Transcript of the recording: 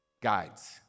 guides